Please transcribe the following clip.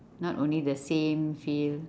not only the same field